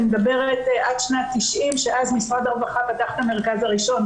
אני מדברת עד שנת 1990 שאז משרד הרווחה פתח את המרכז הראשון,